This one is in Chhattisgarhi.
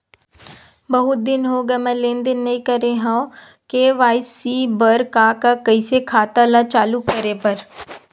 बहुत दिन हो गए मैं लेनदेन नई करे हाव के.वाई.सी बर का का कइसे खाता ला चालू करेबर?